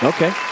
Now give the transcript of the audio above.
Okay